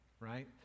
Right